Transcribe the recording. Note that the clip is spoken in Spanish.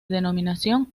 denominación